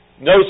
no